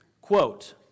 quote